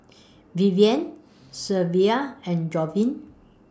Vivienne Shelvia and Javonte